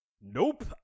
nope